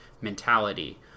mentality